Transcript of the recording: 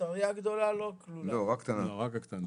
רק הקטנה.